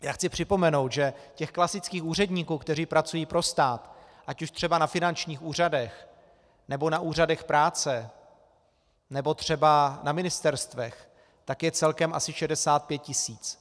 Já chci připomenout, že těch klasických úředníků, kteří pracují pro stát, ať už třeba na finančních úřadech, nebo na úřadech práce, nebo třeba na ministerstvech, je celkem asi 65 tisíc.